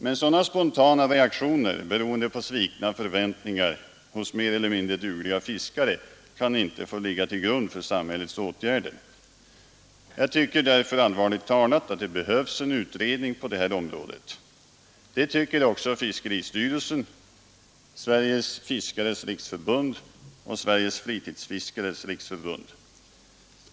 Men sådana spontana reaktioner, beroende på svikna förväntningar hos mer eller mindre dugliga fiskare, kan inte få ligga till grund för samhällets detta område. Det tycker också fiskeristyrelsen, Sveriges fiskares riksförbund och Sveriges fritidsfiskares riksförbund.